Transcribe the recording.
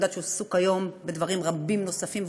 אני יודעת שהוא עסוק היום בדברים רבים נוספים,